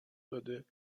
داده